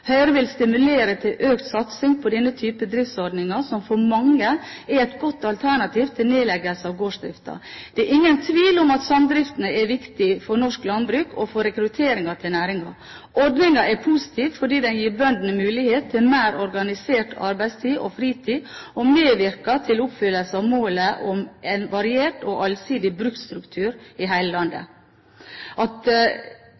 Høyre vil stimulere til økt satsing på denne type driftsordning, som for mange er et godt alternativ til nedleggelse av gårdsdriften. Det er ingen tvil om at samdrift er viktig for norsk landbruk og for rekruttering til næringen. Ordningen er positiv fordi den gir bøndene mulighet til mer organisert arbeidstid og fritid og medvirker til oppfyllelse av målet om variert og allsidig bruksstruktur i hele landet.